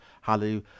hallelujah